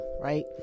Right